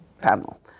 panel